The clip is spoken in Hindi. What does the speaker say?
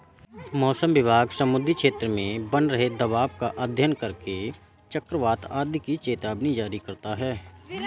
मौसम विभाग समुद्री क्षेत्र में बन रहे दबाव का अध्ययन करके चक्रवात आदि की चेतावनी जारी करता है